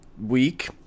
Week